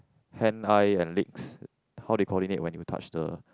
hand eye and legs how they coordinate when you touch the